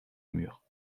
mur